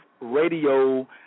Radio